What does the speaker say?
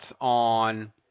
on